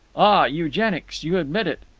ah! eugenics! you admit it!